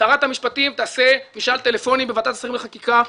תעשה משאל טלפוני בוועדת שרים לחקיקה,